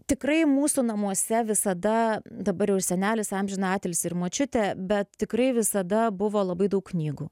tikrai mūsų namuose visada dabar jau ir senelis amžiną atilsį ir močiutė bet tikrai visada buvo labai daug knygų